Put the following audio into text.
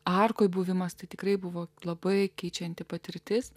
arkoje buvimas tai tikrai buvo labai keičianti patirtis